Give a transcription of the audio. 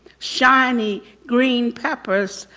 shiny green peppers,